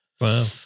Wow